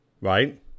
Right